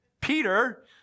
Peter